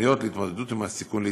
ופרטניות להתמודדות עם הסיכון להתאבדות.